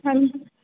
हां जी